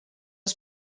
els